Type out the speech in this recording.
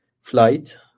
flight